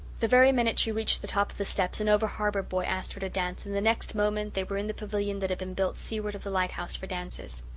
the very minute she reached the top of the steps an over-harbour boy asked her to dance and the next moment they were in the pavilion that had been built seaward of the lighthouse for dances.